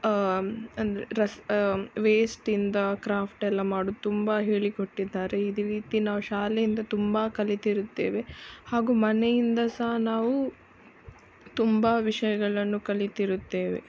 ಅಂದರೆ ರಸ್ ವೇಸ್ಟಿಂದ ಕ್ರಾಫ್ಟ್ ಎಲ್ಲ ಮಾಡುದು ತುಂಬ ಹೇಳಿಕೊಟ್ಟಿದ್ದಾರೆ ಇದೇ ರೀತಿ ನಾವು ಶಾಲೆಯಿಂದ ತುಂಬಾ ಕಲಿತಿರುತ್ತೇವೆ ಹಾಗು ಮನೆಯಿಂದ ಸಹ ನಾವು ತುಂಬಾ ವಿಷಯಗಳನ್ನು ಕಲಿತಿರುತ್ತೇವೆ